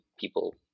people